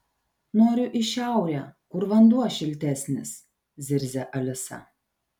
noriu į šiaurę kur vanduo šiltesnis zirzia alisa